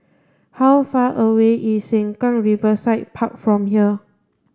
how far away is Sengkang Riverside Park from here